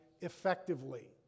effectively